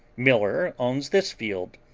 miller owns this field,